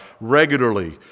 regularly